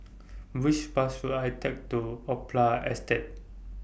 Which Bus should I Take to Opera Estate